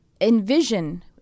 envision